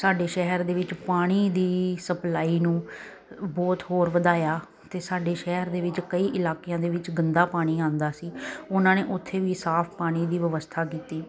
ਸਾਡੇ ਸ਼ਹਿਰ ਦੇ ਵਿੱਚ ਪਾਣੀ ਦੀ ਸਪਲਾਈ ਨੂੰ ਬਹੁਤ ਹੋਰ ਵਧਾਇਆ ਅਤੇ ਸਾਡੇ ਸ਼ਹਿਰ ਦੇ ਵਿੱਚ ਕਈ ਇਲਾਕਿਆਂ ਦੇ ਵਿੱਚ ਗੰਦਾ ਪਾਣੀ ਆਉਂਦਾ ਸੀ ਉਹਨਾਂ ਨੇ ਉੱਥੇ ਵੀ ਸਾਫ਼ ਪਾਣੀ ਦੀ ਵਿਵਸਥਾ ਕੀਤੀ